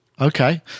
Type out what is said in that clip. Okay